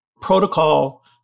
protocol